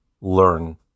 learn